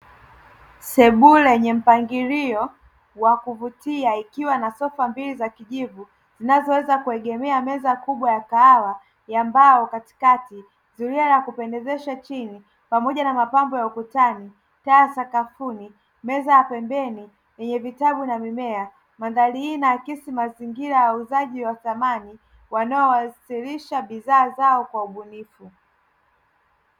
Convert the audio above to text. Sebule yenye mpangilie wa kuvutia ukiwa na masofa mawili ya kijivu zinazoweza kuogemea meza kubwa ya kahawa ya mbao katikati, zulia la kupendezesha chini pamoja na mapambo ya ukutani, taa sakafuni, meza ya pembeni yenye vitabu na mimea. Mandhari hii inaakisi mazingira ya uuzaji wa samani wanao wasilisha bidhaa zao kwa ubunifu.